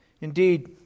indeed